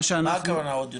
מה הכוונה עוד יותר?